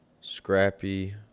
scrappy